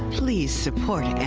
please support